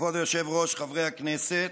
כבוד היושב-ראש, חברי הכנסת,